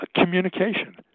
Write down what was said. communication